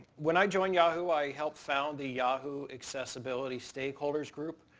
when i joined yahoo i helped found the yahoo accessibility stakeholders group,